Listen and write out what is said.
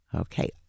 Okay